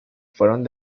fueron